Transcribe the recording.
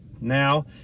Now